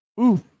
oof